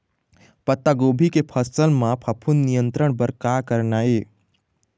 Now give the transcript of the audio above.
पत्तागोभी के फसल म फफूंद नियंत्रण बर का करना ये?